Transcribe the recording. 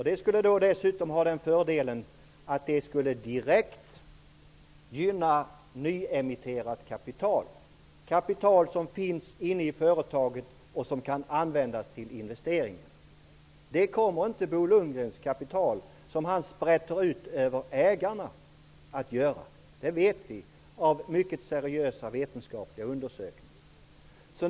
Det skulle dessutom medföra fördelen att nyemitterat kapital direkt skulle gynnas, kapital som finns i företaget och som kan användas till investeringar. Bo Lundgren vill sprätta ut bolagens kapital över ägarna. Det kapitalet kommer inte att investeras. Det vet vi, med ledning av mycket seriösa vetenskapliga undersökningar.